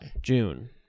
June